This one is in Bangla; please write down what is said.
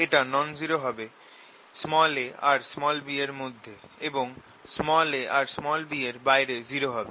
এটা নন জিরো হবে a আর b এর মধ্যে এবং a আর b এর বাইরে জিরো হবে